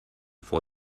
for